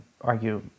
argue